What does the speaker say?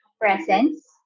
presence